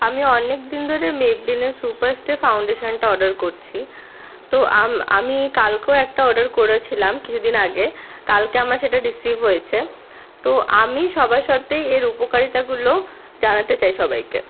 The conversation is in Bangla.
আমি অনেকদিন ধরে মেবলিনের সুপার স্টে ফাউন্ডেশানটা অর্ডার করছি তো আমি কালকেও একটা অর্ডার করেছিলাম কিছুদিন আগে কালকে আমার সেটা রিসিভ হয়েছে তো আমি সবার সাথে এর উপকারিতাগুলো জানাতে চাই সবাইকে